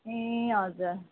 ए हजुर